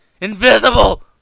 Invisible